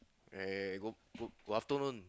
eh good good good afternoon